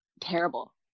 terrible